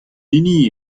hini